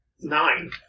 Nine